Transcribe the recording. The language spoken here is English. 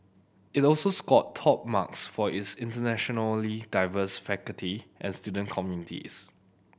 it also scored top marks for its internationally diverse faculty and student communities